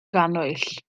cannwyll